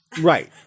Right